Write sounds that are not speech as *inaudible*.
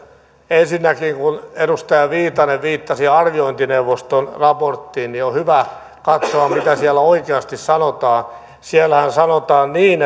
ensinnäkin kun edustaja viitanen viittasi arviointineuvoston raporttiin on hyvä katsoa mitä siellä oikeasti sanotaan siellähän sanotaan niin *unintelligible*